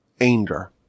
anger